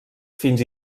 fins